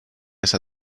esa